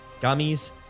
gummies